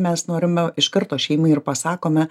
mes norime iš karto šeimai ir pasakome